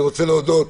אני רוצה להודות